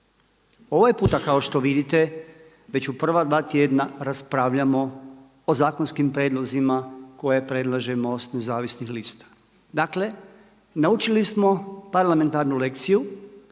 Ovaj puta kao što vidite, već u prva dva tjedna, raspravljamo o zakonskim prijedlozima koje predlaže MOST Nezavisnih lista. Dakle naučili smo parlamentarnu lekciju,